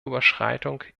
überschreitung